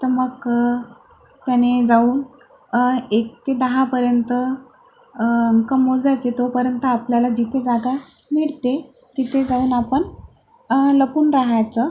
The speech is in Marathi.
तर मग त्याने जाऊन एक ते दहापर्यंत अंक मोजायचे तोपर्यंत आपल्याला जिथे जागा मिळते तिथे जाऊन आपण लपून रहायचं